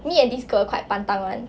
me and this girl quite pantang [one]